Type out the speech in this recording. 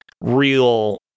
real